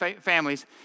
families